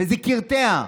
זה קרטע,